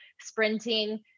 sprinting